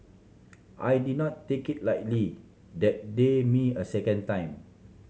I did not take it lightly that they me a second time